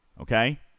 okay